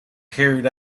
carried